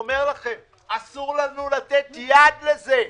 אסור לנו לתת לזה יד.